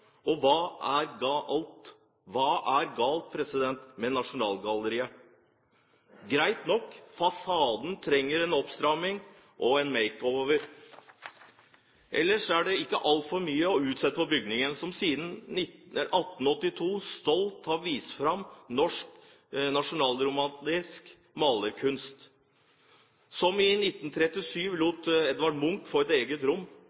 skulpturpark. Hva er galt med Nasjonalgalleriet? Greit nok, fasaden trenger en oppstramming og en «make over». Ellers er det ikke altfor mye å utsette på bygningen, som siden 1882 stolt har vist fram norsk nasjonalromantisk malerkunst, som i 1937 lot Edvard Munch få et eget rom,